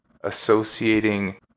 associating